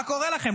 מה קורה לכם?